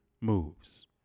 moves